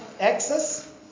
access